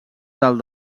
dalt